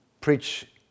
preach